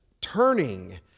Turning